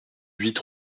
huit